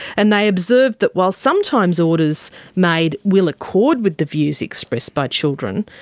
and they observed that while sometimes orders made will accord with the views expressed by children,